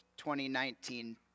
2019